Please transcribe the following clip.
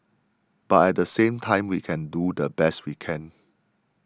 but at the same time we can do the best we can